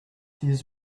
hears